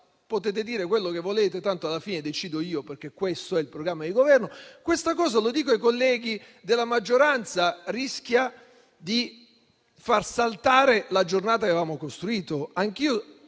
può dire quello che vuole, tanto alla fine decide lui perché questo è il programma di Governo - lo dico ai colleghi della maggioranza - rischia di far saltare la giornata che avevamo costruito.